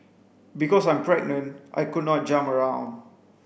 because I'm pregnant I could not jump around